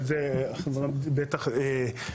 על זה בטח היא מתרעמת,